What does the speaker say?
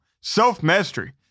self-mastery